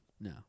no